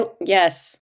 yes